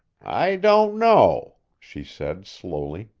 i don't know, she said slowly.